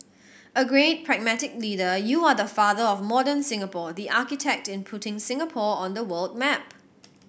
a great pragmatic leader you are the father of modern Singapore the architect in putting Singapore on the world map